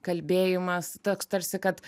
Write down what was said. kalbėjimas toks tarsi kad